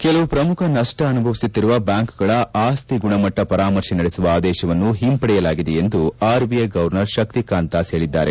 ಕೆಲವು ಶ್ರಮುಖ ನಷ್ಷ ಅನುಭವಿಸುತ್ತಿರುವ ಬ್ಲಾಂಕ್ಗಳ ಆಸ್ತಿ ಗುಣಮಟ್ಟ ಪರಾಮರ್ಶೆ ನಡೆಸುವ ಆದೇಶವನ್ನು ಹಿಂಪಡೆಯಲಾಗಿದೆ ಎಂದು ಆರ್ಬಿಐ ಗೌರ್ನರ್ ಶಕ್ತಿಕಾಂತ ದಾಸ್ ಹೇಳಿದ್ದಾರೆ